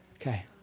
Okay